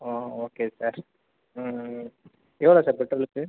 ஆ okay sir எவ்வளோ sir பெட்ரோலுக்கு